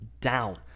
down